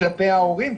כלפי ההורים,